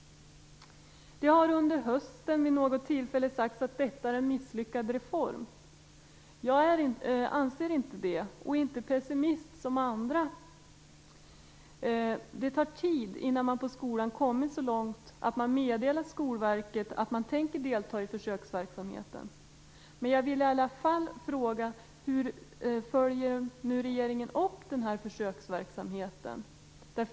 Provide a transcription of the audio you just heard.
Det har under hösten vid något tillfälle sagts att detta är en misslyckad reform. Jag anser inte det och är inte pessimist som andra. Det tar tid innan man på en skola kommit så långt att man meddelar Skolverket att man tänker delta i försöksverksamheten. Men jag vill i alla fall fråga: Hur följer regeringen upp denna försöksverksamhet?